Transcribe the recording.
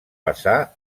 passar